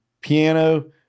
piano